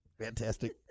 Fantastic